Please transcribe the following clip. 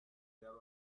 there